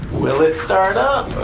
will it start up?